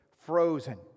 frozen